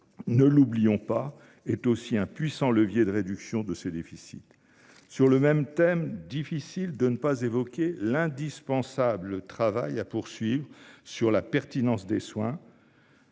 la fraude sociale est un puissant levier de réduction des déficits. Sur le même thème, il m’est difficile de ne pas évoquer l’indispensable travail à poursuivre sur la pertinence des soins.